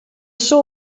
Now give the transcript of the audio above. açò